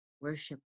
worship